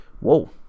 whoa